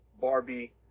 Barbie